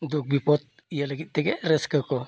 ᱫᱩᱠ ᱵᱤᱯᱚᱫ ᱤᱭᱟᱹ ᱞᱟᱹᱜᱤᱫ ᱛᱮᱜᱮ ᱨᱟᱹᱥᱠᱟᱹ ᱠᱚ